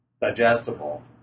digestible